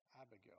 Abigail